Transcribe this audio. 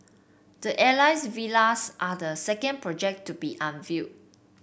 the Alias Villas are the second project to be unveiled